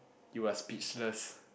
you are speechless